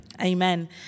Amen